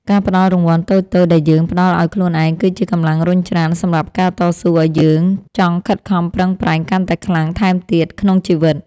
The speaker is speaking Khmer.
ការផ្ដល់រង្វាន់តូចៗដែលយើងផ្ដល់ឱ្យខ្លួនឯងគឺជាកម្លាំងរុញច្រានសម្រាប់ការតស៊ូឱ្យយើងចង់ខិតខំប្រឹងប្រែងកាន់តែខ្លាំងថែមទៀតក្នុងជីវិត។